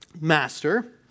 Master